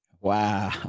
Wow